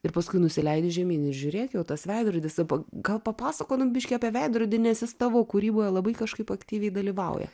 ir paskui nusileidi žemyn ir žiūrėk jau tas veidrodis gal papasakotum biškį apie veidrodį nes jis tavo kūryboje labai kažkaip aktyviai dalyvauja